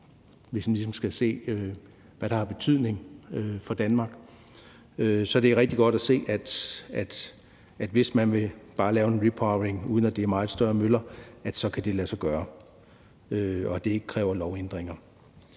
sådan ligesom skal se, hvad der har betydning for Danmark. Så det er rigtig godt at se, at det, hvis man bare vil lave en repowering, uden at det er meget større møller, kan lade sig gøre, og at det ikke kræver lovændringer.